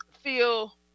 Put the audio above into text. feel